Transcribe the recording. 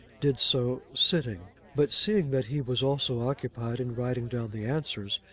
did so sitting. but seeing that he was also occupied in writing down the answers,